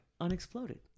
Unexploded